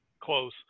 close